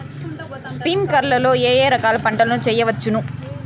స్ప్రింక్లర్లు లో ఏ ఏ రకాల పంటల ను చేయవచ్చును?